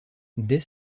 dès